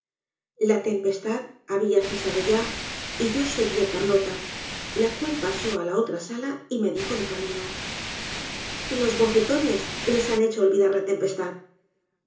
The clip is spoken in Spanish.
la tempestad habia cesado ya y yoseguí á carlota la cual pasó á la otra sala y me dijo decamino los bofetones les han hecho olvidar la tempestad